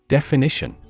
Definition